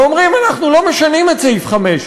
ואומרים: אנחנו לא משנים את סעיף 5,